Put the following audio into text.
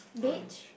biege